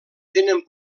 tenen